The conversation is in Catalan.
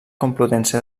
complutense